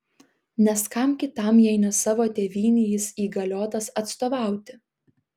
nes kam kitam jei ne savo tėvynei jis įgaliotas atstovauti